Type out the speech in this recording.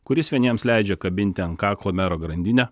kuris vieniems leidžia kabinti ant kaklo mero grandinę